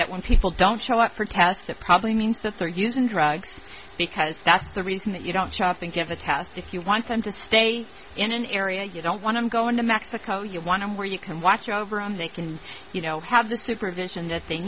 that when people don't show up for tests that probably means that they're using drugs because that's the reason that you don't shop think you have a test if you want them to stay in an area you don't want to go into mexico you want to where you can watch over and they can you know have the supervision that they